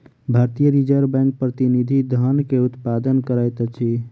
भारतीय Reserve Bank प्रतिनिधि धन के उत्पादन करैत अछि